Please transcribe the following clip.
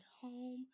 home